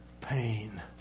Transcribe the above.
pain